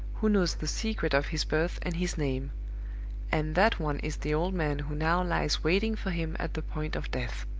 who knows the secret of his birth and his name and that one is the old man who now lies waiting for him at the point of death.